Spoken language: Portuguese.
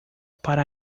para